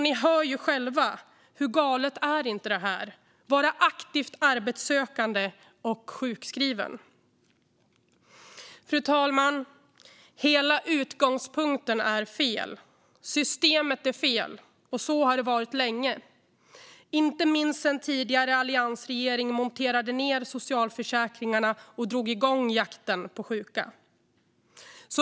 Ni hör själva hur galet det här är, att vara aktivt arbetssökande och sjukskriven! Fru talman! Hela utgångspunkten är fel. Systemet är fel. Det har det varit länge, inte minst sedan alliansregeringen monterade ned socialförsäkringarna och drog igång jakten på sjuka.